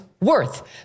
worth